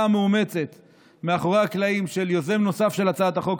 המאומצת מאחורי הקלעים של יוזם נוסף של הצעת החוק,